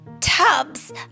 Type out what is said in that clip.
tubs